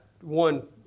one